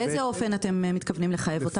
באיזה אופן אתם מתכוונים לחייב אותם?